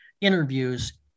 interviews